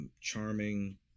charming